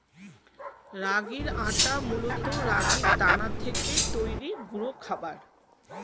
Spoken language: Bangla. রাগির আটা মূলত রাগির দানা থেকে তৈরি গুঁড়ো খাবার